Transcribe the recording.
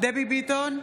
דבי ביטון,